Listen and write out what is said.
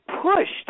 pushed